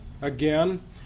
again